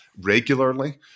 regularly